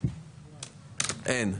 אין.